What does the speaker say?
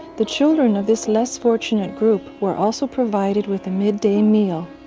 the children of this less fortunate group were also provided with mid-day meal.